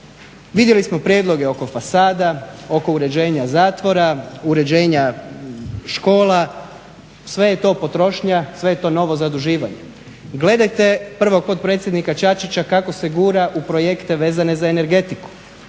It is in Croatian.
Vidjeli smo prijedloge oko fasada, oko uređenja zatvora, uređenja škola, sve je to potrošnja, sve je to novo zaduživanje. Gledajte prvo potpredsjednika Čačića kako se gura u projekte vezane za energetiku.